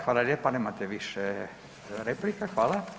Hvala lijepa, nemate više replika, hvala.